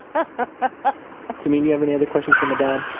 ah samin, you have any other questions for my dad?